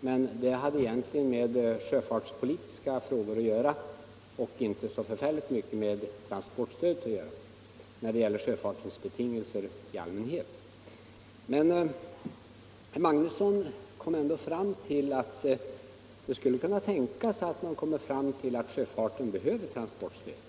men det hade egentligen att göra med trafikpolitiska frågor och sjöfartens betingelser i allmänhet och inte så förfärligt mycket med transportstödet. Men herr Magnusson kom ändå fram till att det skulle kunna tänkas att utredningsarbetet kommer att visa att sjöfarten behöver transportstöd.